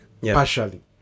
partially